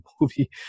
movie